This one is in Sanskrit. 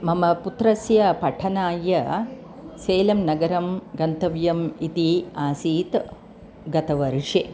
मम पुत्रस्य पठनाय सेलं नगरं गन्तव्यम् इति आसीत् गतवर्षे